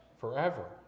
forever